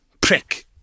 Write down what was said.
prick